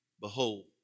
Behold